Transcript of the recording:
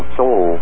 soul